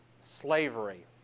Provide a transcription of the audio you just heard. slavery